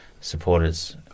supporters